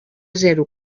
zero